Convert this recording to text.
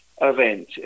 event